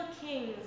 kings